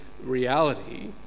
reality